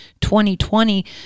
2020